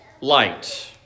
light